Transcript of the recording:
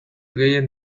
gehien